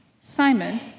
Simon